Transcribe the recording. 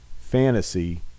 fantasy